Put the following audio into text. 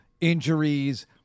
injuries